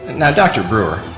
now doctor brewer,